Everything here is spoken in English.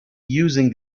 using